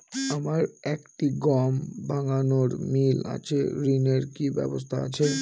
আমার একটি গম ভাঙানোর মিল আছে ঋণের কি ব্যবস্থা আছে?